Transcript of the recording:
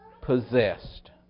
possessed